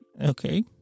Okay